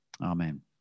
Amen